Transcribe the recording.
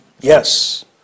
Yes